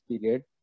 period